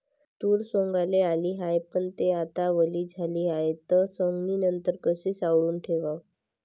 तूर सवंगाले आली हाये, पन थे आता वली झाली हाये, त सवंगनीनंतर कशी साठवून ठेवाव?